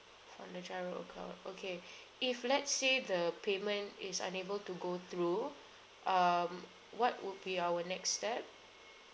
from the giro account okay if let's say the payment is unable to go through um what would be our next step